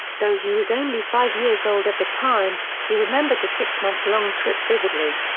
though he was only five years old at the time, he remembered the six-month-long trip vividly.